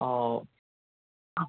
आओ अब